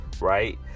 right